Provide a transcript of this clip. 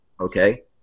okay